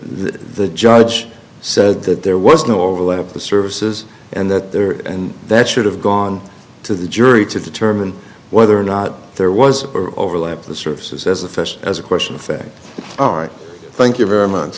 the judge said that there was no overlap of the services and that there and that should have gone to the jury to determine whether or not there was or overlap the services as a first as a question of fact all right thank you very much